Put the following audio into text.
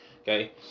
Okay